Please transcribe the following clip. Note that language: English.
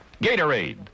Gatorade